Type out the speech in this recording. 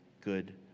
good